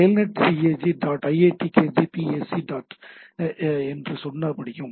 Telnet CAC dot IIT KGP AC dot cac dot iit kgp ac dot என்று என்னால் சொல்ல முடியும்